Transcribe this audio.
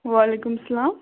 وعلیکُم سلام